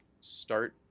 start